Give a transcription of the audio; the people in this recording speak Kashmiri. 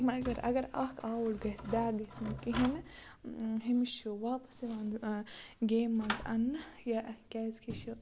مگر اگر اَکھ آوُٹ گَژھِ بیٛاکھ گَژھِ نہٕ کِہیٖنۍ نہٕ ہیٚمِس چھُ واپَس یِوان گیمہِ منٛز اَنٛنہٕ یا کیٛازِکہِ یہِ چھُ